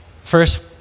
First